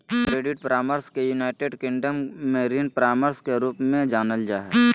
credit परामर्श के United Kingdom में ऋण परामर्श के रूप में जानल जा हइ